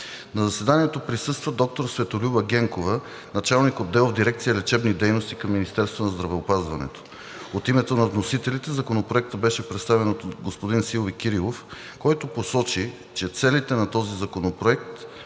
На заседанието присъства доктор Светолюба Генкова – началник отдел в Дирекция „Лечебни дейности“ към Министерството на здравеопазването. От името на вносителите Законопроектът беше представен от господин Силви Кирилов, който посочи, че целите на този законопроект